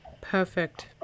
Perfect